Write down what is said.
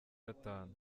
gatanu